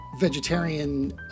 vegetarian